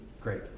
great